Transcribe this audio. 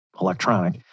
electronic